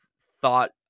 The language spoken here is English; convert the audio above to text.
thought